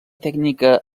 tècnica